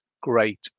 great